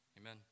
Amen